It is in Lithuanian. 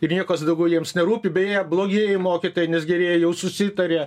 ir niekas daugiau jiems nerūpi beje blogieji mokytojai nes gerieji jau susitarė